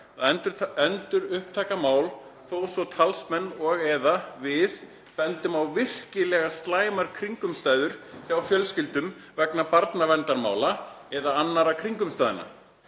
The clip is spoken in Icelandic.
að endurupptaka mál þó svo talsmenn og/eða við bendum á virkilega slæmar kringumstæður hjá fjölskyldum vegna barnaverndarmála eða annarra kringumstæðna.